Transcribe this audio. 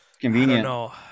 convenient